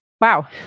wow